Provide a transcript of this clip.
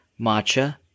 matcha